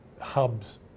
Hubs